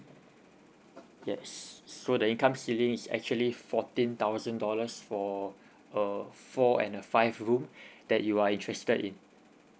yes so the income ceiling is actually fourteen thousand dollars for a four and a five room that you are interested in